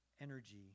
energy